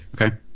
Okay